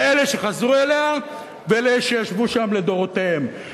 לאלה שחזרו אליה ולאלה שישבו שם לדורותיהם.